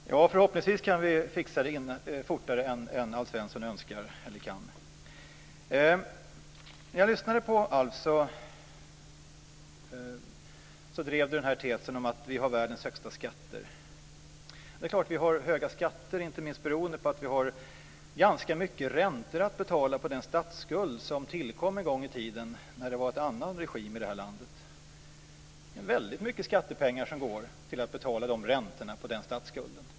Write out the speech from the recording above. Fru talman! Ja, förhoppningsvis kan vi klara detta fortare än vad Alf Svensson kan. Alf Svensson drev tesen att vi har världens högsta skatter. Det är klart att vi har höga skatter, inte minst beroende på att vi har ganska mycket räntor att betala på den statsskuld som tillkom en gång i tiden när det rådde en annan regim i vårt land. Det är väldigt mycket skattepengar som går till att betala räntorna på den statsskulden.